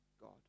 God